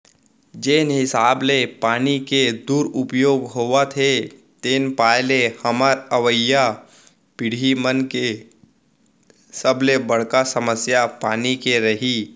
जेन हिसाब ले पानी के दुरउपयोग होवत हे तेन पाय ले हमर अवईया पीड़ही मन के सबले बड़का समस्या पानी के रइही